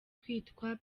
kwitwa